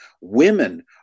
women